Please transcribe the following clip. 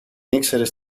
ήξερες